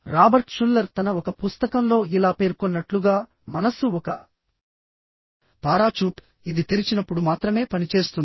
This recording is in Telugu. రాబర్ట్ షుల్లర్ తన ఒక పుస్తకంలో ఇలా పేర్కొన్నట్లుగా మనస్సు ఒక పారాచూట్ ఇది తెరిచినప్పుడు మాత్రమే పనిచేస్తుంది